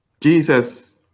Jesus